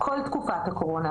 כל תקופת הקורונה,